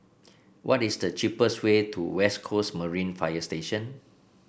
what is the cheapest way to West Coast Marine Fire Station